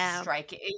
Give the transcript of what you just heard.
striking